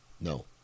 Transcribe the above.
No